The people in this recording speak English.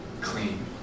clean